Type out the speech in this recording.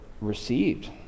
received